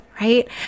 right